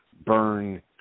burn